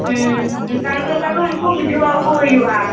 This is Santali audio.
ᱚᱱᱠᱟᱱᱜᱮ ᱚᱱᱠᱟᱜᱮ ᱩᱱᱠᱩ ᱵᱩᱡᱷᱟ ᱣ ᱟᱠᱚ ᱦᱩᱭᱩᱜᱼᱟ